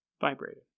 vibrated